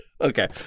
Okay